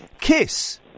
Kiss